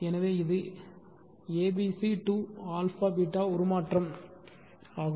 எனவே இது abc to α β உருமாற்றம் ஆகும்